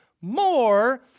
more